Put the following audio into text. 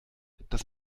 das